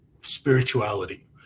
spirituality